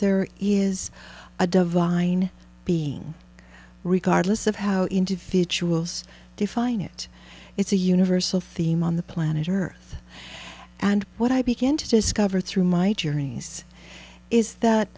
there is a divine being regardless of how individuals define it it's a universal theme on the planet earth and what i begin to discover through my journeys is that